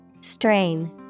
Strain